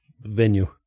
venue